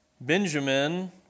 Benjamin